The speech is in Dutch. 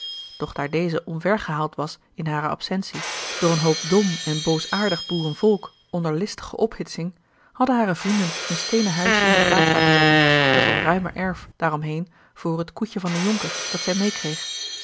doch daar deze omvergehaald was in hare absentie door een hoop dom en boosaardig boerenvolk onder listige ophitsing hadden hare vrienden een steenen huisje in de plaats laten zetten met wat ruimer erf daar om heen voor t koetje van den jonker dat